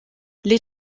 les